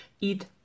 eat